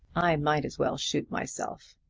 i might as well shoot myself.